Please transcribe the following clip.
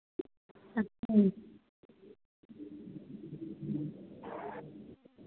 अच्छा